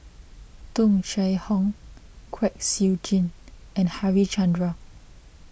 Tung Chye Hong Kwek Siew Jin and Harichandra